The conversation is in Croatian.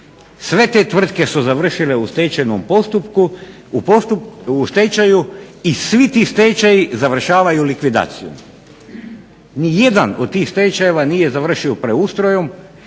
Sve te tvrtke su završile u stečajnom postupku, u stečaju i svi ti stečajevi završavaju likvidaciju. Nijedan od tih stečajeva nije završio preustrojem,